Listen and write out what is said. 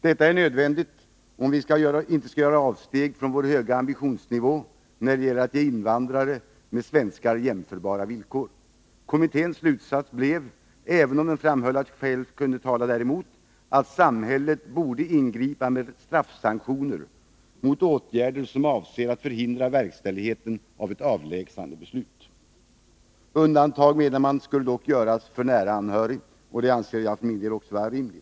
Detta är nödvändigt, om vi inte skall göra avsteg från vår höga ambitionsnivå när det gäller att ge invandrare med svenskar jämförbara villkor. Kommitténs slutsats blev, även om den framhöll att skäl kunde tala däremot, att samhället bör ingripa med straffsanktioner mot åtgärder som avser att förhindra verkställigheten av ett avlägsnandebeslut. Undantag, menade man, skulle dock göras för nära anhörig, och det anser jag för min del också vara rimligt.